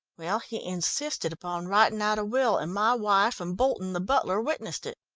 well, he insisted upon writing out a will and my wife and bolton, the butler, witnessed it.